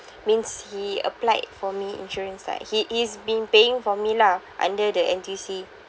means he applied for me insurance lah he~ he's been paying for me lah under the N_T_U_C